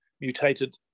mutated